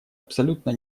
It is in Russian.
абсолютно